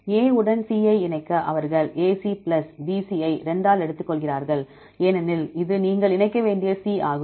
A உடன் C ஐ இணைக்க அவர்கள் AC பிளஸ் BC ஐ 2 ஆல் எடுத்துக்கொள்கிறார்கள் ஏனெனில் இது நீங்கள் இணைக்க வேண்டிய C ஆகும்